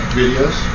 videos